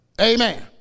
Amen